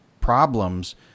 problems